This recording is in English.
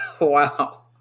Wow